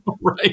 Right